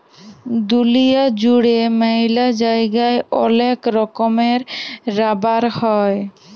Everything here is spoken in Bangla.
দুলিয়া জুড়ে ম্যালা জায়গায় ওলেক রকমের রাবার হ্যয়